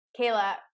Kayla